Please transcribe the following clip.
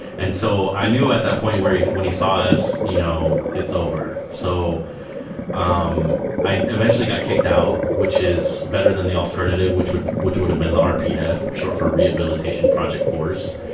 and so i knew at that point yeah when he saw us, you know it's over. so um i eventually got kicked out, which is better than the alternative, which would which would have been the rpf, short for rehabilitation project force.